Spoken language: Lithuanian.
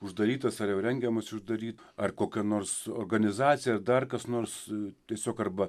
uždarytas ar jau rengiamasi uždaryt ar kokia nors organizacija ar dar kas nors tiesiog arba